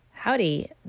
Howdy